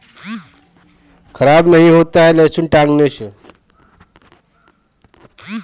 लहसुन के झोपा बना बना के लोग टांग देत हवे जेसे इ खराब ना होत हवे